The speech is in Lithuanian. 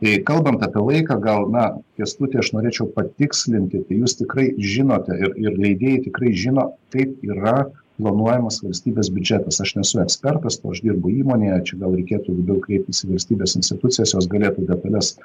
jei kalbant apie laiką gal na kęstuti aš norėčiau patikslinti tai jūs tikrai žinote ir ir leidėjai tikrai žino taip yra planuojamas valstybės biudžetas aš nesu ekspertas o aš dirbu įmonėje čia gal gal reikėtų labiau kreiptis į valstybės institucijas jos galėtų detales